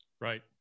Right